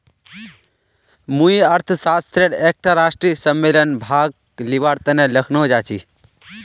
मुई अर्थशास्त्रेर एकटा राष्ट्रीय सम्मेलनत भाग लिबार तने लखनऊ जाछी